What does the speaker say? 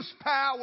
power